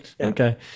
okay